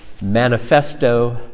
Manifesto